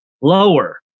lower